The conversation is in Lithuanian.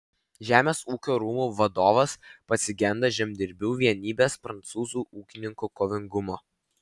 žemės ūkio rūmų vadovas pasigenda žemdirbių vienybės prancūzų ūkininkų kovingumo